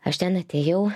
aš ten atėjau